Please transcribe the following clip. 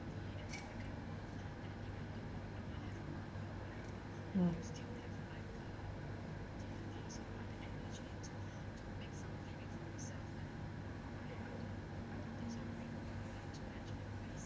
mm